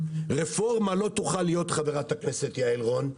רפורמה לא תוכל להיות, חברת הכנסת יעל רון,